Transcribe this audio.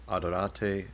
Adorate